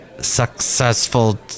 successful